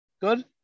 Good